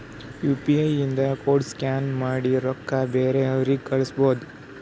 you P I ಇಂದ code scan ಮಾಡಿ ರೊಕ್ಕಾ ಬೇರೆಯವ್ರಿಗಿ ಕಳುಸ್ಬೋದ್